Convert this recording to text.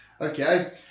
Okay